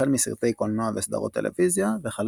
החל מסרטי קולנוע וסדרות טלוויזיה וכלה